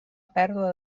pèrdua